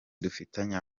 dufitanye